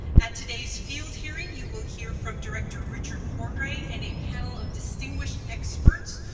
at today's field hearing, you will hear from director richard cordray and a panel of distinguished experts,